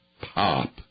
pop